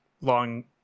long